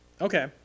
Okay